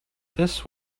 this